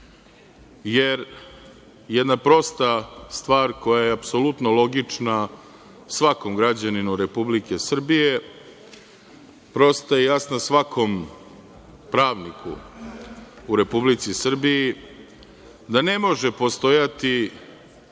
jer jedna prosta stvar, koja je apsolutno logična svakom građaninu Republike Srbije, prosta je i jasna svakom pravniku u Republici Srbiji, da ne može postojati